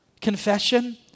confession